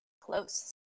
Close